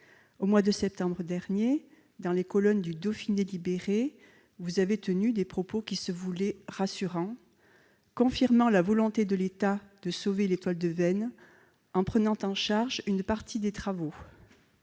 Au mois de septembre dernier, dans les colonnes du, vous avez tenu des propos qui se voulaient « rassurants », confirmant la volonté de l'État de sauver l'étoile de Veynes, en prenant en charge une partie des travaux.